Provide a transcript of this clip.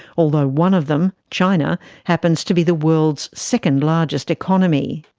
although one of them, china, happens to be the world's second largest economy.